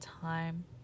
time